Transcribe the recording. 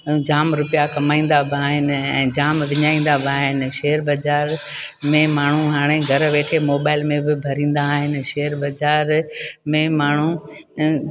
ऐं जामु रुपया कमाईंदा बि आहिनि ऐं जामु विञाईंदा बि आहिनि शेयर बज़ार में माण्हू हाणे घरु वेठे मोबाइल में बि भरींदा आहिनि शेयर बज़ार में माण्हू